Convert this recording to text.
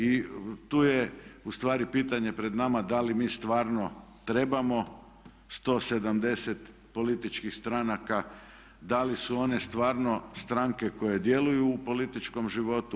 I tu je ustvari pitanje pred nama da li mi stvarno trebamo 170 političkih stranaka, da li su one stvarno stranke koje djeluju u političkom životu?